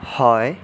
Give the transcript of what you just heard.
হয়